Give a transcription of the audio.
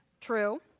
True